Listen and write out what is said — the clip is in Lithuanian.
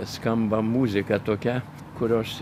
skamba muzika tokia kurios